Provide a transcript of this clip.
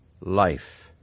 life